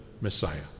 Messiah